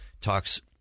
talks